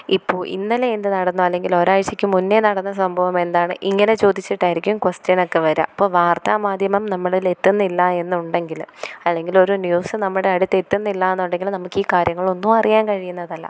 ഇപ്പോൾ ഇന്നലെ എന്തു നടന്നു അല്ലെങ്കിൽ ഒരാഴ്ചയ്ക്ക് മുന്നേ നടന്ന സംഭവമെന്താണ് ഇങ്ങനെ ചോദിച്ചിട്ടായിരിക്കും ക്വസ്റ്റ്യനൊക്കെ വരുക അപ്പോൾ വാർത്താമാധ്യമം നമ്മളിലെത്തുന്നില്ല എന്നുണ്ടെങ്കിൽ അല്ലെങ്കിൽ ഒരു ന്യൂസ് നമ്മുടെ അടുത്ത് എത്തുന്നില്ലായെന്നുണ്ടെങ്കിൽ നമുക്ക് ഈ കാര്യങ്ങളൊന്നും അറിയാൻ കഴിയുന്നതല്ല